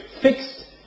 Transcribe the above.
fixed